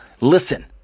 Listen